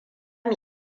mu